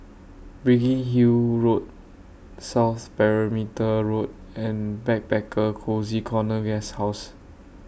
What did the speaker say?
Biggin Hill Road South Perimeter Road and Backpacker Cozy Corner Guesthouse